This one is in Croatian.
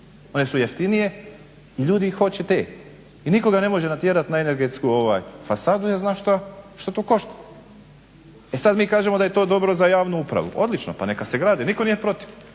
one su jeftinije i ljudi hoće te i nitko ga ne može natjerat na energetsku fasadu jer to košta. I sad mi kažemo da je to dobro za javnu upravu, odlično, pa neka se grade, nitko nije protiv.